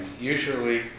usually